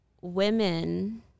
women